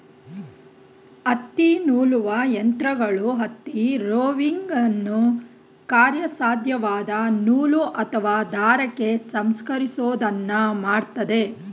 ಹತ್ತಿನೂಲುವ ಯಂತ್ರಗಳು ಹತ್ತಿ ರೋವಿಂಗನ್ನು ಕಾರ್ಯಸಾಧ್ಯವಾದ ನೂಲು ಅಥವಾ ದಾರಕ್ಕೆ ಸಂಸ್ಕರಿಸೋದನ್ನ ಮಾಡ್ತದೆ